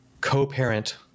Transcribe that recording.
co-parent –